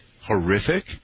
Horrific